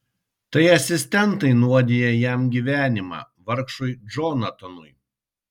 tai asistentai nuodija jam gyvenimą vargšui džonatanui